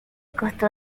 costo